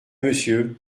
monsieur